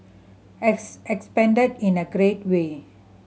has expanded in a great way